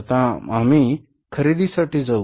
प्रथम आम्ही खरेदीसाठी जाऊ